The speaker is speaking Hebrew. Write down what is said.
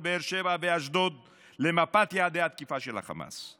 באר שבע ואשדוד למפת יעדי התקיפה של החמאס.